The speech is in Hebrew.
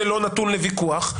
זה לא נתון לוויכוח.